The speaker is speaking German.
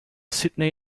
sydney